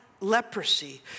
leprosy